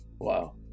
wow